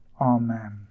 Amen